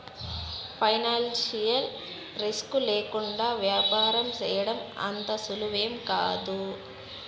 financial risk లేకుండా యాపారం సేయడం అంత సులువేమీకాదు